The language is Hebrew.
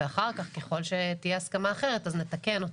ואחר כך, ככל שתהיה הסכמה אחרת, אז נתקן אותה.